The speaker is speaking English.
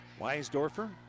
Weisdorfer